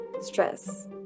stress